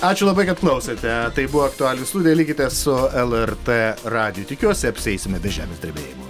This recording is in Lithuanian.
ačiū labai kad klausėte tai buvo aktualijų studija likite su lrt radiju tikiuosi apsieisime be žemės drebėjimų